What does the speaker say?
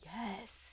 Yes